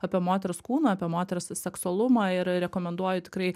apie moters kūną apie moters seksualumą ir rekomenduoju tikrai